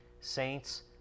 saints